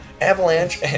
Avalanche